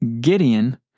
Gideon